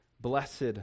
Blessed